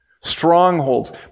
Strongholds